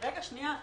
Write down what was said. שנייה.